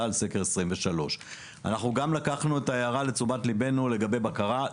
על סקר 23. אנחנו גם לקחנו את ההערה לגבי בקרה לתשומת ליבנו,